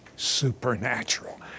supernatural